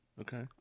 okay